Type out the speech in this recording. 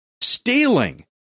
stealing